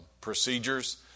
procedures